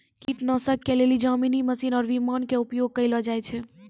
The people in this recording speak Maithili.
कीटनाशक के लेली जमीनी मशीन आरु विमान के उपयोग कयलो जाय छै